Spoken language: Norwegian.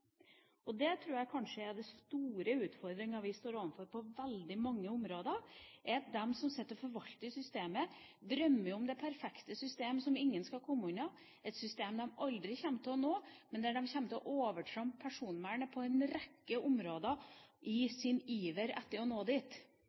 tror at en av de store utfordringene vi står overfor på veldig mange områder, kanskje er at de som sitter og forvalter systemet, drømmer om det perfekte system som ingen skal komme unna – et system de aldri kommer til å nå, men der de kommer til å overtrampe personvernet på en rekke områder i sin iver etter å nå dit.